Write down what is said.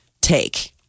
take